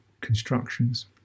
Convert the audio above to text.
constructions